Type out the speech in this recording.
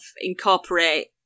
incorporate